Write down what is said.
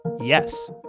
yes